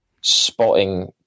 spotting